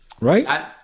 Right